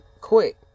quick